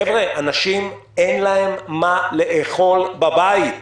חבר'ה, לאנשים אין מה לאכול בבית.